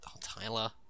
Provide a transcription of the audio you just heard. Tyler